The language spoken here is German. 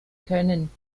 können